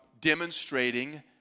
demonstrating